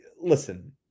listen